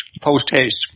post-haste